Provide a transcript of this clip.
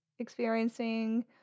experiencing